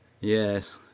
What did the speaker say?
Yes